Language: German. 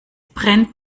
brennt